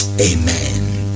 Amen